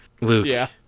Luke